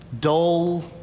dull